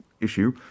issue